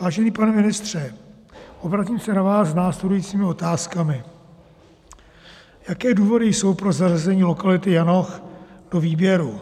Vážený pane ministře, obracím se na vás s následujícími otázkami: Jaké důvody jsou pro zařazení lokality Janoch do výběru?